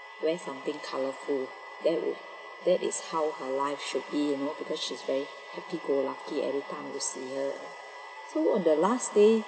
wear something colorful that would that is how is how her life should be you know because she's very happy go lucky every time you see her so on the last day